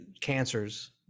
cancers